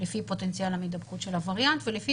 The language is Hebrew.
לפי פוטנציאל ההידבקות של הווריאנט ולפי